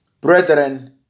Brethren